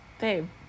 Babe